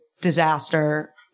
disaster